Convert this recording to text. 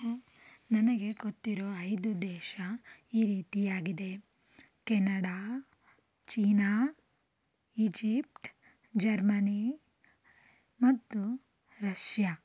ನನಗೆ ಗೊತ್ತಿರೋ ಐದು ದೇಶ ಈ ರೀತಿಯಾಗಿದೆ ಕೆನಡಾ ಚೀನಾ ಇಜಿಪ್ಟ್ ಜರ್ಮನಿ ಮತ್ತು ರಷ್ಯಾ